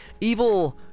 Evil